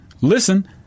listen